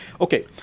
okay